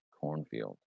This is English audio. Cornfield